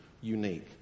unique